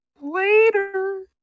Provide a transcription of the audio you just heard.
Later